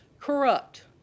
corrupt